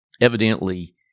evidently